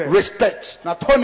respect